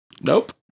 Nope